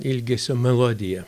ilgesio melodija